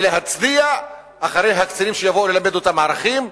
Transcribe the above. ולהצדיע לקצינים שיבואו ללמד אותם ערכים,